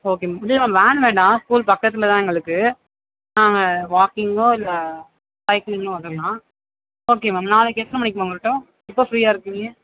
okay ma'am இல்லை van வேண்டாம் school பக்கத்தில் தான் எங்களுக்கு நாங்கள் வாக்கிங்கோ இல்லை சைக்கிள்லேயோ வந்துரலாம் ஓகே மேம் நாளைக்கு எத்தனை மணிக்கு மேம் வரட்டும் எப்போ ஃப்ரீயா இருப்பீங்க